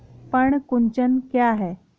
पर्ण कुंचन क्या है?